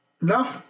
no